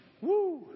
Woo